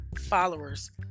followers